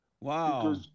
Wow